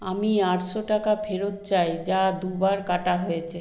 আমি আটশো টাকা ফেরত চাই যা দুবার কাটা হয়েছে